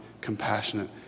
compassionate